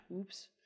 oops